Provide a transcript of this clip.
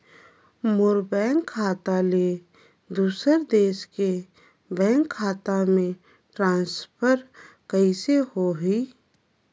मोर bank खाता ले दुसर देश के बैंक खाता मे ट्रांसफर कइसे होही?